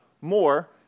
more